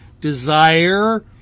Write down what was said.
desire